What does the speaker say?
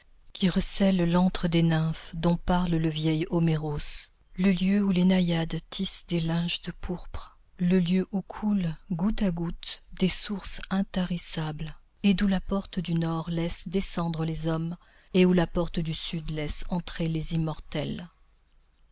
qui recèles l'antre des nymphes dont parle le vieil homêros le lieu où les naïades tissent des linges de pourpre le lieu où coulent goutte à goutte des sources intarissables et d'où la porte du nord laisse descendre les hommes et où la porte du sud laisse entrer les immortels